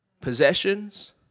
possessions